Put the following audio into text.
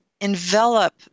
envelop